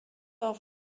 auf